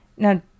Now